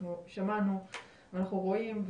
אנחנו שמענו ואנחנו רואים,